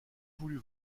voulu